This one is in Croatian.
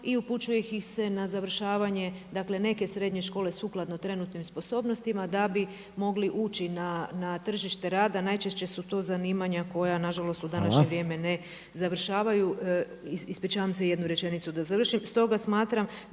i upućuje ih se na završavanje, dakle neke srednje škole sukladno trenutnim sposobnostima da bi mogli ući na tržište rada. Najčešće su to zanimanja koja na žalost u današnje vrijeme … …/Upadica Reiner: Hvala./… … ne završavaju. Ispričavam se, jednu rečenicu da završim.